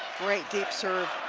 great deep serve.